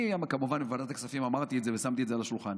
אני כמובן בוועדת הכספים אמרתי את זה ושמתי את זה על השולחן,